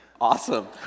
Awesome